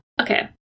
okay